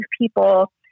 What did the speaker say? people